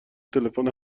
تلفن